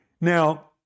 Now